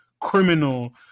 criminal